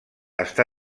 està